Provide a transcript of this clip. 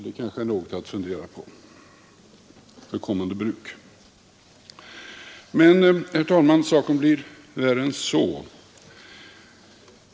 Det kanske är något att fundera på för framtida bruk. Men saken blir värre än så.